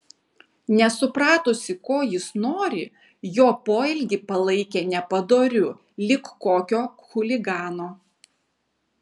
nesupratusi ko jis nori jo poelgį palaikė nepadoriu lyg kokio chuligano